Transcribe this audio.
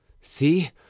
see